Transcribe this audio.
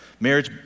Marriage